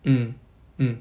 mm mm